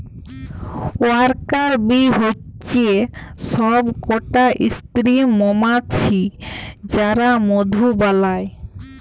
worker bee হচ্যে সব কটা স্ত্রী মমাছি যারা মধু বালায়